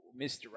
Mr